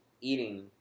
eating